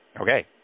Okay